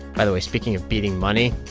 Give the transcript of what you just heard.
by the way, speaking of beating money,